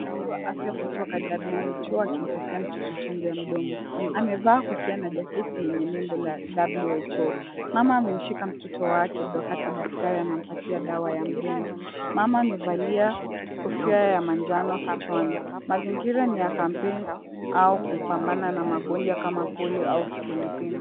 Mfanyi kazi wa afya kutoka WHO akimpatia mtoto chanjo ya mdomo. Amevaa kofia na jaketi yenye nembo la WHO. Mama amemshika mtoto wake wakati daktari anampatia dawa ya mdomo. Mama amevalia kofia ya manjano kichwani. Mazingira ni ya kampeni au kupambana na magonjwa kama polio au kipindupindu.